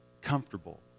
comfortable